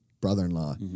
brother-in-law